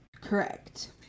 Correct